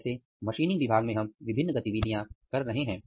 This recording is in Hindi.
जैसे मशीनिंग विभाग में हम अलग अलग गतिविधियां कर रहे हैं